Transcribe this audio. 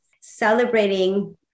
celebrating